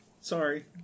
sorry